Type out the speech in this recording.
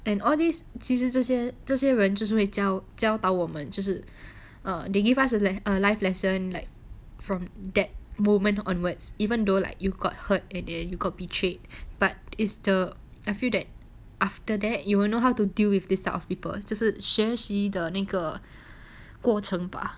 and all these 其实这些这些人之所以叫教导我们就是 um they give us as a life lesson like from that moment onwards eventhough like you got hurt and then got betrayed but is the I feel that after that you will know how to deal with this type of people 就是学习的那个过程吧